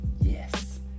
Yes